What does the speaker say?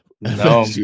No